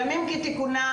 בימים כתיקונם,